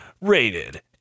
Rated